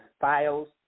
files